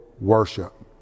worship